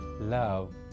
love